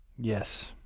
Yes